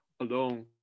alone